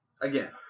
again